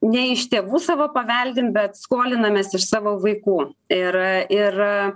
ne iš tėvų savo paveldim bet skolinamės iš savo vaikų ir ir